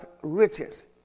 riches